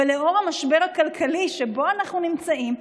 לנוכח המשבר הכלכלי שבו אנחנו נמצאים,